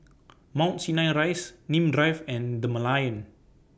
Mount Sinai Rise Nim Drive and The Merlion